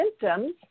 symptoms